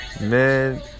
Man